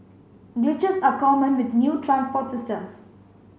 glitches are common with new transport systems